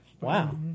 Wow